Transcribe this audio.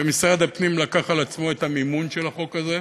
ומשרד הפנים לקח על עצמו את המימון של החוק הזה.